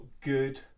good